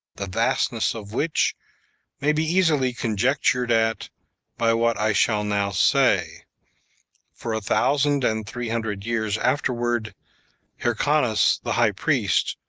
the vastness of which may be easily conjectured at by what i shall now say for a thousand and three hundred years afterward hyrcanus the high priest,